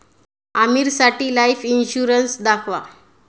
आमीरसाठी life insurance दाखवा